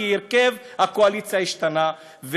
כי הרכב הקואליציה השתנה.